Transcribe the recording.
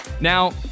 Now